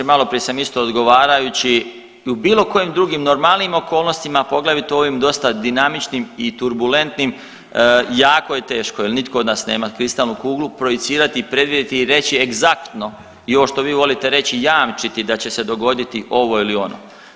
Malo prije sam isto odgovarajući u bilo kojim drugim normalnijim okolnostima, poglavito u ovim dosta dinamičnim i turbulentnim jako je teško jer nitko od nas nema kristalnu kuglu projicirati, predvidjeti i reći egzaktno i ovo što vi volite reći jamčiti da će se dogoditi ovo ili ono.